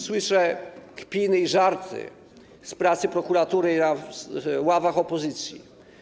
Słyszę kpiny i żarty z pracy prokuratury z ław opozycji.